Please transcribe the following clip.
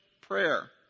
prayer